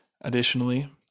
Additionally